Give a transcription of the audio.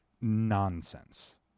nonsense